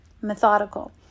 methodical